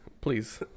Please